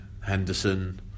Henderson